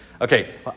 Okay